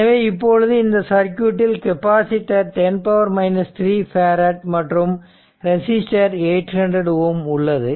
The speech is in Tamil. எனவே இப்பொழுது இந்த சர்க்யூட்டில் கெப்பாசிட்டர் 10 3 பேரட் மற்றும் ரெசிஸ்டர் 8000 ஓம் உள்ளது